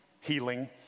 Healing